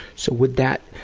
so would that